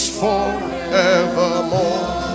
forevermore